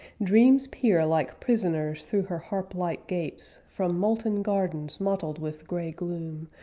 dreams peer like prisoners through her harp-like gates, from molten gardens mottled with gray-gloom,